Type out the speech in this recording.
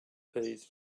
peas